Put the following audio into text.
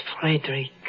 Frederick